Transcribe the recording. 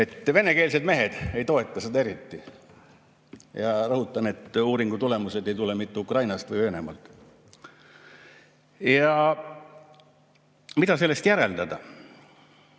Venekeelsed mehed ei toeta seda eriti. Ja rõhutan, et uuringu tulemused ei tule mitte Ukrainast või Venemaalt. Mida sellest järeldada?